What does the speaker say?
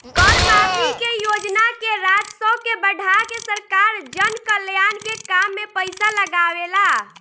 कर माफी के योजना से राजस्व के बढ़ा के सरकार जनकल्याण के काम में पईसा लागावेला